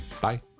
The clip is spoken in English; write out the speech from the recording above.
bye